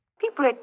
People